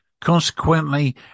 Consequently